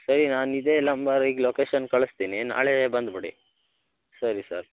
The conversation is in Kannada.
ಸರಿ ನಾನು ಇದೇ ನಂಬರಿಗೆ ಲೊಕೇಶನ್ ಕಳಿಸ್ತೀನಿ ನಾಳೆ ಬಂದುಬಿಡಿ ಸರಿ ಸರ್